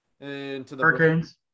Hurricanes